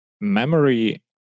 memory